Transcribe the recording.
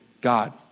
God